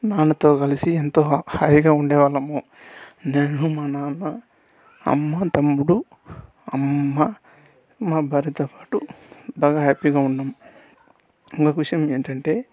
నాన్నతో కలిసి ఎంతో హాయిగా ఉండేవాళ్ళము నేను మా నాన్న అమ్మ తమ్ముడు అమ్మ మా భార్యతో పాటు బాగా హ్యాపీగా ఉన్నాం ఇంకొక విషయం ఏంటంటే